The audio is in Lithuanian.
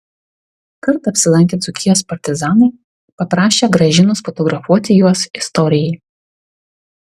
kartą apsilankę dzūkijos partizanai paprašę gražinos fotografuoti juos istorijai